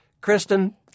Kristen